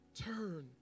Turn